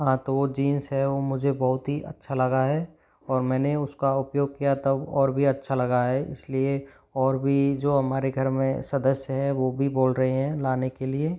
हाँ तो वो जींस है वो मुझे बहुत ही अच्छा लगा है और मैंने उसका उपयोग किया तब और भी अच्छा लगा है इसलिए और भी जो हमारे घर में सदस्य है वो भी बोल रहे हैं लाने के लिए